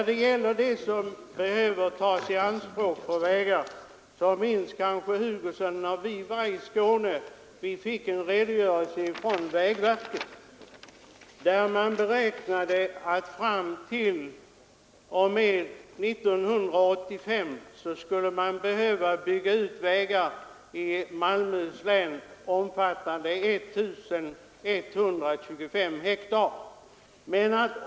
Herr Hugosson minns kanske att när vi var i Skåne så fick vi en redogörelse från vägverket, där man beräknade att man fram till och med 1985 skulle behöva bygga ut vägar i Malmöhus län på en sammanlagd areal av 1 125 hektar.